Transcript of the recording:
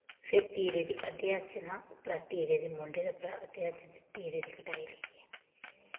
फिर तीर् दी अध्दी इंच न उप्परा तीरे दी म्हूंडे दै उप्परा अध्दी इंच तीरे दी कचाई लेई